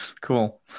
cool